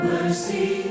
Mercy